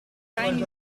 time